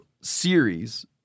series